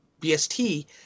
BST